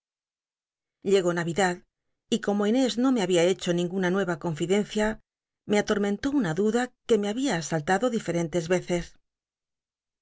llegó al'idad y como lnél no me babia hecho ninguna nnea confidencia me atormentó una duda ue me había asaltado difeentes veces